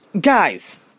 guys